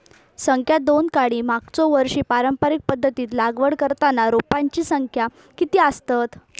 संख्या दोन काडी मागचो वर्षी पारंपरिक पध्दतीत लागवड करताना रोपांची संख्या किती आसतत?